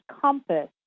compass